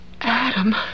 Adam